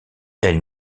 elle